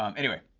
um anyway,